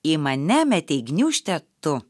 į mane metei gniūžtę tu